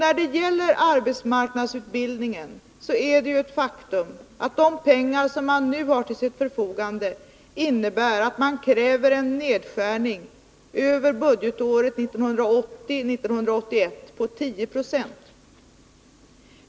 När det gäller arbetsmarknadsutbildningen är det ju ett faktum att det krävs att man på det området, med de medel som man nu har till sitt förfogande, måste göra en nedskärning över budgetåret 1980/81 på 10 96.